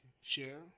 share